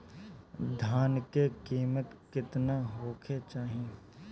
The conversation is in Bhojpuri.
धान के किमत केतना होखे चाही?